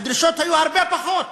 הדרישות היו הרבה פחות.